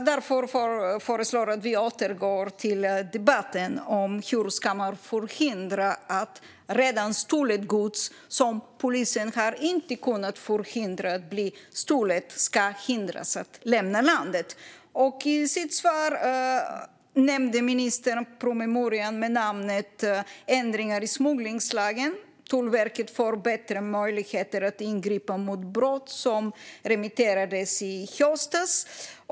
Därför föreslår jag att vi återgår till debatten om hur gods som redan blivit stulet utan att polisen kunnat förhindra det ska hindras att lämna landet. I sitt svar nämnde ministern promemorian med namnet Ändringar i smugglingslagen - Tullverket ges en utökad möjlighet att ingripa mot brott , som remitterades i höstas.